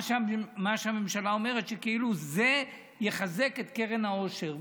מה שהממשלה אומרת זה שכאילו זה יחזק את קרן העושר,